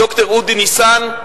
ד"ר אודי ניסן,